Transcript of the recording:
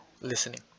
listening